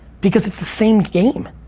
because it's the same game.